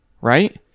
Right